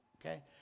Okay